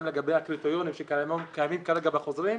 לגבי הקריטריונים שקיימים כרגע בחוזרים,